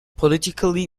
politically